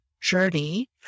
journey